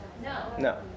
No